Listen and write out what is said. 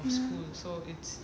ya